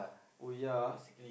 oh ya ah